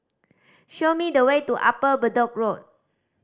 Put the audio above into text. show me the way to Upper Bedok Road